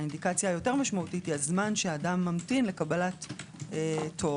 האינדיקציה היותר משמעותית היא הזמן שאדם ממתין לקבלת תור,